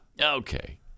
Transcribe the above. Okay